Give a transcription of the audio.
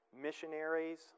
missionaries